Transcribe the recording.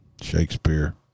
Shakespeare